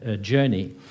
journey